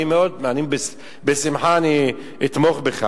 אני בשמחה אתמוך בך.